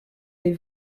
les